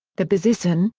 the bezisten,